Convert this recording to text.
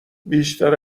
بیشتر